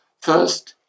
first